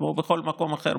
כמו בכל מקום אחר.